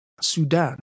Sudan